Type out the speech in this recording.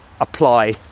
apply